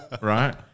right